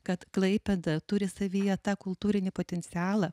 kad klaipėda turi savyje tą kultūrinį potencialą